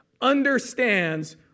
understands